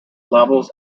levels